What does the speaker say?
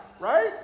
Right